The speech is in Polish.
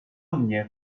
mnie